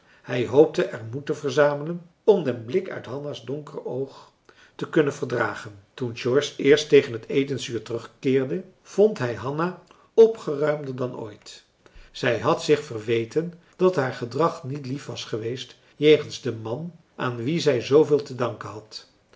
hij hoopte er moed te verzamelen om den blik uit hanna's donker oog te kunnen verdragen marcellus emants een drietal novellen toen george eerst tegen het etensuur terugkeerde vond hij hanna opgeruimder dan ooit zij had zich verweten dat haar gedrag niet lief was geweest jegens den man aan wien zij zooveel te danken had